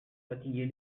fatiguer